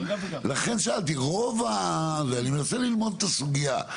לכן שאלתי רוב הזה, אני מנסה ללמוד את הסוגייה.